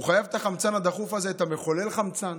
הוא חייב את החמצן הזה דחוף, את מחולל החמצן,